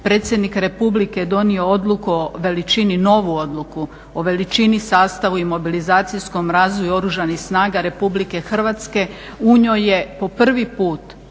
predsjednik Republike donio novu odluku o veličini, sastavu i mobilizacijskom razvoju Oružanih snaga RH u njoj je po prvi put